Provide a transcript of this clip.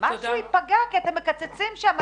משהו ייפגע כי אתם מקצצים שם.